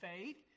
faith